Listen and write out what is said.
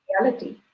reality